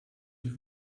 die